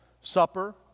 supper